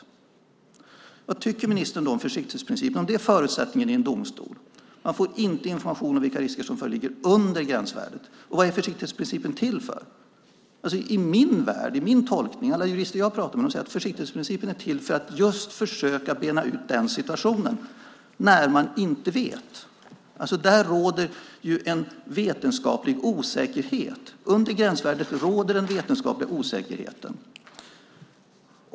Vad tycker ministern om försiktighetsprincipen om det är förutsättningen i en domstol att man inte får information om vilka risker som föreligger under gränsvärdet? Vad är försiktighetsprincipen till för? De jurister som jag har pratat med säger att försiktighetsprincipen är till för att försöka bena ut den situation där man inte vet. Under gränsvärdet råder det en vetenskaplig osäkerhet.